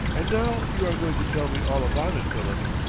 and now you are going to tell me all about it, philip.